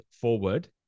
forward